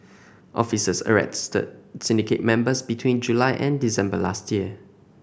officers arrested syndicate members between July and December last year